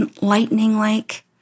lightning-like